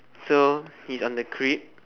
so he's on the crib